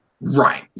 Right